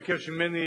לקרות.